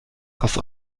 aus